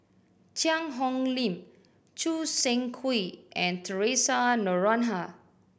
Cheang Hong Lim Choo Seng Quee and Theresa Noronha